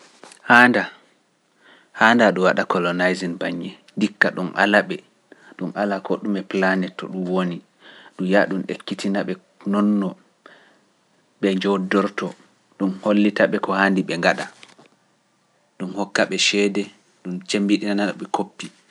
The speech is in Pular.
Haanda ɗum waɗa colonising baññe, dikka ɗum ala ɓe, ɗum ala ko ɗum e planeto ɗum woni, ɗum yaa ɗum ekkitina ɓe noon no ɓe njodorto, ɗum hollita ɓe ko handi ɓe ngaɗa, ɗum hokka ɓe ceede, ɗum cemmbiɗina ɓe koppi.